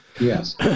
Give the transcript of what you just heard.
Yes